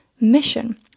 mission